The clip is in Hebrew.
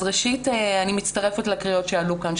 אז ראשית אני מצטרפת לקריאות שעלו כאן,